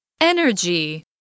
Energy